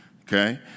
Okay